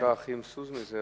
זה נקרא האחים סודמי?